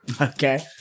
Okay